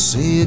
Say